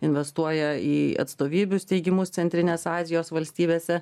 investuoja į atstovybių steigimus centrinės azijos valstybėse